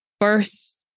First